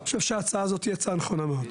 אני חושב שההצעה הזאת היא הצעה נכונה מאוד.